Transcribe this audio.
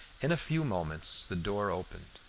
in a few moments the door opened,